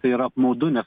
tai yra apmaudu ne